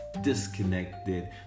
Disconnected